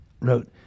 wrote